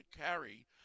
carry